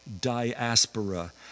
diaspora